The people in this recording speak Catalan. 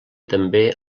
també